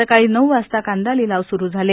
सकाळी नऊ वाजता कांदा लिलाव सुरू झाले